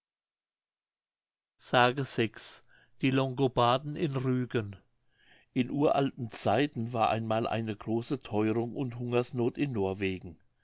s die longobarden in rügen in uralten zeiten war einmal eine große theurung und hungersnoth in norwegen